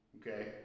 okay